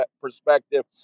perspective